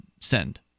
send